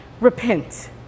Repent